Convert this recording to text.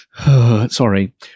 Sorry